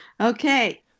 Okay